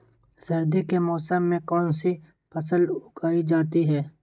सर्दी के मौसम में कौन सी फसल उगाई जाती है?